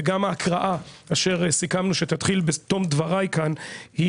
וגם ההקראה אשר סיכמנו שתתחיל בתום דברי כאן,